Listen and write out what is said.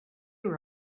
were